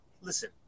Listen